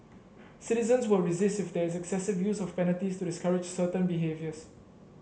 citizens will resist if there is excessive use of penalties to discourage certain behaviours